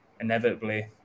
inevitably